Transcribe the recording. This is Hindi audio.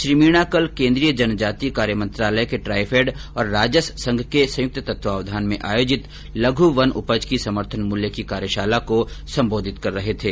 श्री मीणा कल केन्द्रीय जनजाति कार्य मंत्रालय के ट्राईफेड और राजस संघ के संयुक्त तत्वावधान में आयोजित लघु वन उपज की समर्थन मूल्य की कार्यशाला को संबोधित कर रहे थे